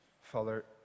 father